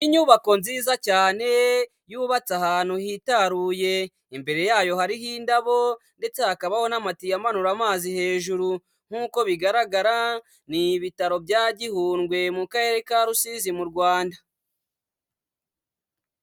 Inyubako nziza cyane yubatse ahantu hitaruye, imbere yayo hariho indabo ndetse hakabaho n'amatiye amanura amazi hejuru. Nk'uko bigaragara ni ibitaro bya Gihundwe mu karere ka Rusizi mu Rwanda.